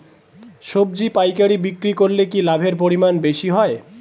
সবজি পাইকারি বিক্রি করলে কি লাভের পরিমাণ বেশি হয়?